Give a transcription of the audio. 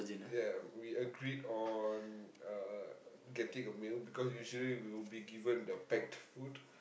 ya we agreed on uh getting a meal because usually we'll be given the packed food